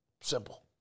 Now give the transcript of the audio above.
Simple